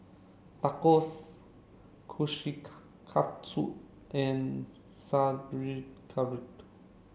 Tacos and